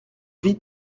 vie